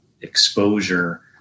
exposure